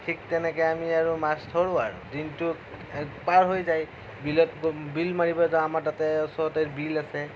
ঠিক তেনেকৈ আমি আৰু মাছ ধৰোঁ আৰু দিনটোত পাৰ হৈ যায় বিলত বিল মাৰিব যাওঁ আমাৰ তাতে ওচৰতে বিল আছে